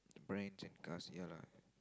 the brand and cars ya lah